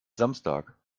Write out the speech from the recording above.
samstag